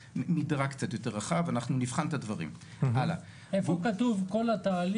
לעניין טוהר המידות כאמור בסעיף קטן (א)(1) חוות דעת